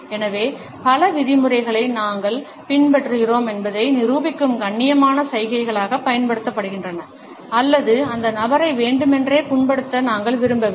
எனவே பல விதிமுறைகளை நாங்கள் பின்பற்றுகிறோம் என்பதை நிரூபிக்கும் கண்ணியமான சைகைகளாகப் பயன்படுத்தப்படுகின்றன அல்லது அந்த நபரை வேண்டுமென்றே புண்படுத்த நாங்கள் விரும்பவில்லை